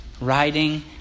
riding